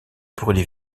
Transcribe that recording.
brûlé